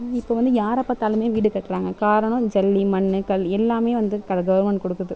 இப்போ வந்து யாரை பார்த்தாலுமே வீடு கட்டுகிறாங்க காரணம் ஜல்லி மண் கல் எல்லாமே வந்து கல கவர்மெண்ட் கொடுக்குது